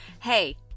Hey